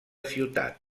ciutat